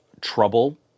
trouble